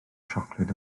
siocled